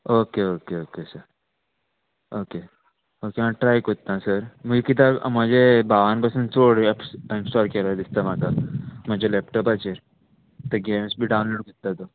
okay okay okay sir okay okay हांव try कोत्ता sir मागीर कित्याक म्हजे भावान पासून चोड एप्स इंस्टॉल केला दिसता म्हाका म्हज्या लॅपटॉपाचेर ते गेम्स बी डावनलोड कोत्ता तो